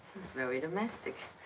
that's very domestic.